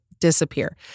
disappear